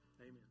amen